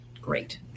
Great